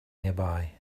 nearby